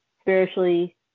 spiritually